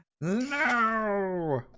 No